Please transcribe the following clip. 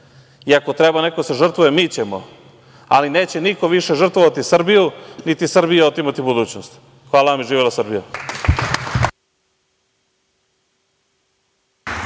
ako treba neko da se žrtvuje, mi ćemo, ali neće niko više žrtvovati Srbiju, niti od Srbije otimati budućnost. Hvala. Živela Srbija.